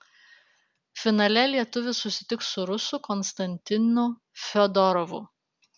finale lietuvis susitiks su rusu konstantinu fiodorovu